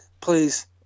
please